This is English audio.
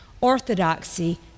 Orthodoxy